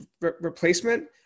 replacement